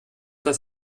das